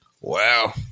Wow